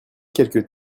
quelques